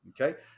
Okay